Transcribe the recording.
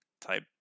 type